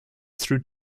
through